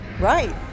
Right